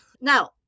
Now